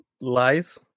lies